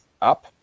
up